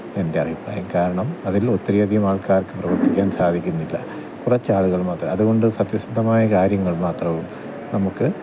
എൻറ്റഭിപ്രായം കാരണം അതിൽ ഒത്തിരി അധികം ആൾക്കാർക്ക് പ്രവർത്തിക്കാൻ സാധിക്കുന്നില്ല കുറച്ചാളുകൾ മാത്രം അതുകൊണ്ട് സത്യസന്ധമായ കാര്യങ്ങൾ മാത്രം നമുക്ക്